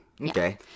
Okay